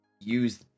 use